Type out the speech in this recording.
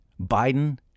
Biden